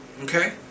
Okay